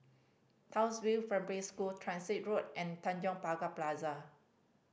Townsville Primary School Transit Road and Tanjong Pagar Plaza